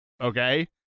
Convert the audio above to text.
Okay